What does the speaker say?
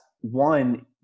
one